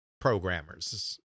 programmers